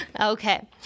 Okay